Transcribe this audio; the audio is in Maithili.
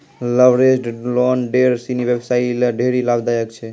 लवरेज्ड लोन ढेर सिनी व्यवसायी ल ढेरी लाभदायक छै